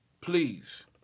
please